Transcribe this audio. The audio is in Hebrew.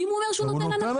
ואם הוא אומר שהוא נותן הנחה,